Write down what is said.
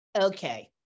okay